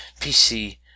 PC